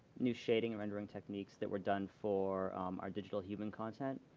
new shading and rendering techniques that were done for our digital human content.